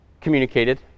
communicated